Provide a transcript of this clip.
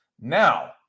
Now